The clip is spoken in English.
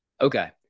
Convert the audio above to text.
Okay